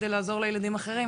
כדי לעזור לילדים אחרים